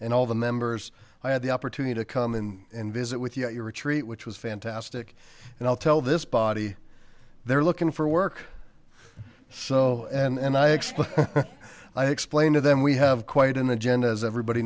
and all the members i had the opportunity to come and visit with you at your retreat which was fantastic and i'll tell this body they're looking for work so and and i explained i explained to them we have quite an agenda as everybody